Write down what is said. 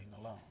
alone